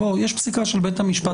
תקין, יש פסיקה של בית המשפט העליון.